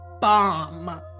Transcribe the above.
bomb